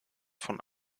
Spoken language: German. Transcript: von